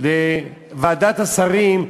לוועדת השרים,